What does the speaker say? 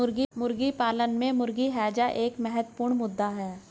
मुर्गी पालन में मुर्गी हैजा एक बहुत महत्वपूर्ण मुद्दा है